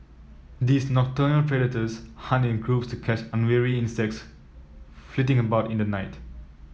these nocturnal predators hunted in groups to catch unwary insects flitting about in the night